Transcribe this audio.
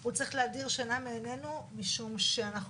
הוא צריך להדיר שינה מעינינו משום שאנחנו